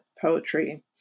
poetry